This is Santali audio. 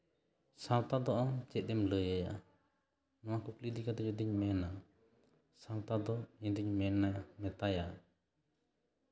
ᱥᱟᱶᱛᱟ ᱫᱚ ᱟᱢ ᱪᱮᱫ ᱮᱢ ᱞᱟᱹᱭ ᱟᱭᱟ ᱱᱚᱣᱟ ᱠᱩᱠᱞᱤ ᱤᱫᱤ ᱠᱟᱛᱮᱜ ᱡᱩᱫᱤᱢ ᱞᱟᱹᱭᱟ ᱥᱟᱶᱛᱟ ᱫᱚ ᱤᱧᱤᱧ ᱢᱮᱱᱟ ᱢᱮᱛᱟᱭᱟ